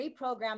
reprogram